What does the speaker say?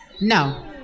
No